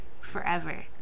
forever